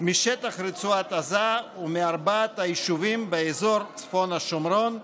משטח רצועת עזה ומארבעת היישובים באזור צפון השומרון,